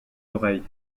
oreilles